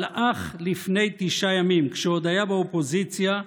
אבל אך לפני תשעה ימים, כשעוד היה באופוזיציה,